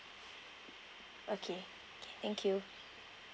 okay thank you